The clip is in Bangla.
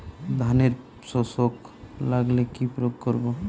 ধানের শোষক লাগলে কি প্রয়োগ করব?